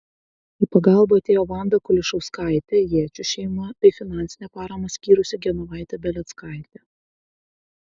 į pagalbą atėjo vanda kulišauskaitė jėčių šeima bei finansinę paramą skyrusi genovaitė beleckaitė